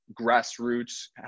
grassroots